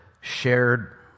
shared